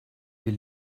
will